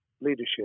leadership